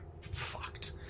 fucked